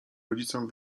rodzicom